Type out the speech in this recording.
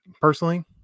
personally